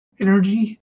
energy